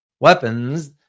weapons